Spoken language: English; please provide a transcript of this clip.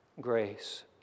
grace